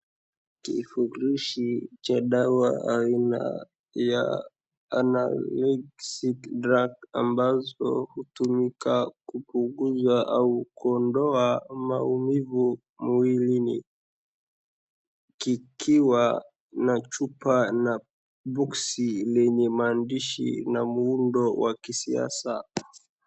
Kifurushi cha dawa aina ya Anaelgelsic drug ambazo hutumika kupunguza au kuondoa maumivu mwilini, kikiwa na chupa na boksi lenye maandishi na muundo wa kisiasa.